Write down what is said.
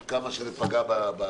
עד כמה שזה פגע באנשים.